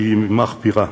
היא מחפירה.